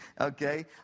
okay